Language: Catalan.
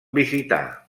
visitar